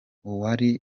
uwari